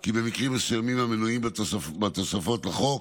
כי במקרים מסוימים, המנויים בתוספות לחוק,